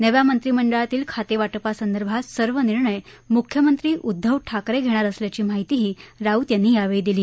नव्या मंत्रिमंडळातील खाते वाटपासंदर्भात सर्व निर्णय मुख्यमंत्री उध्दव ठाकरे घेणार असल्याची माहितीही राऊत यांनी यावेळी दिली